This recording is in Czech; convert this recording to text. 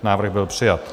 Návrh byl přijat.